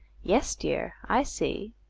yes, dear i see,